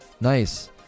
Nice